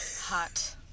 hot